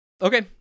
okay